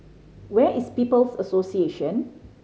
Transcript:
where is People's Association